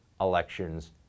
elections